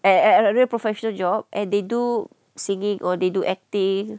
at at a real professional job and they do singing or they do acting